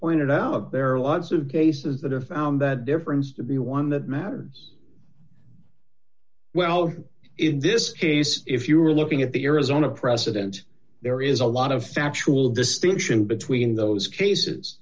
pointed out there are lots of cases that have found that difference to be one that matters well in this case if you are looking at the arizona precedent there is a lot of factual distinction between those cases